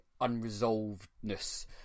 unresolvedness